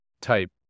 type